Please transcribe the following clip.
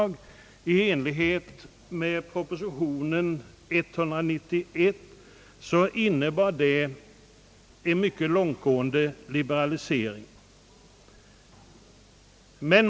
191 innebar en mycket långtgående liberalisering.